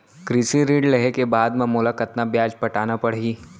कृषि ऋण लेहे के बाद म मोला कतना ब्याज पटाना पड़ही?